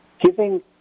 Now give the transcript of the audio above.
giving